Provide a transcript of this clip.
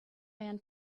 man